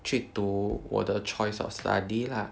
去读我的 choice of study lah